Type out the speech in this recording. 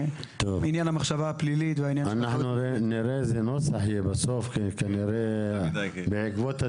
אנחנו נשמח לראות פסקי